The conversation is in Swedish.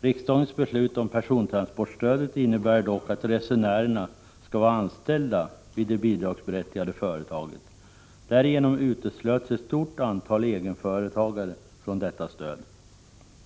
Riksdagens beslut om persontransportstöd innebär dock att resenärerna skall vara anställda vid det bidragsberättigade företaget. Därigenom uteslöts ett stort antal egenföretagare från detta stöd.